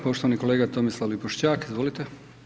Poštovani kolega Tomislav Lipošćak, izvolite.